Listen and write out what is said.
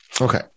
Okay